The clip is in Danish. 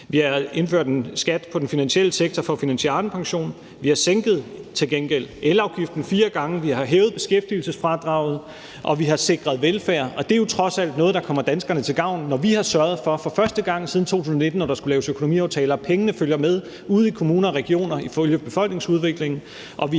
Vi har indført en skat på den finansielle sektor for at finansiere Arnepensionen. Vi har til gengæld sænket elafgiften fire gange. Vi har hævet beskæftigelsesfradraget, og vi har sikret velfærd. Det er jo trods alt noget, der kommer danskerne til gavn. Og vi har sørget for for første gang siden 2019, når der skulle laves økonomiaftaler, at pengene, der følger med, følger befolkningsudviklingen